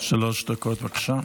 שלוש דקות, בבקשה.